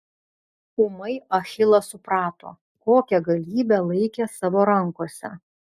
ūmai achilas suprato kokią galybę laikė savo rankose